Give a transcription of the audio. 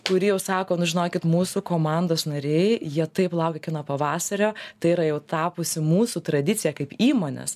kuri jau sako nu žinokit mūsų komandos nariai jie taip laukia kino pavasario tai yra jau tapusi mūsų tradicija kaip įmonės